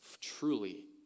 truly